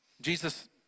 Jesus